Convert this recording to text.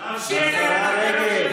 חסרת תרבות,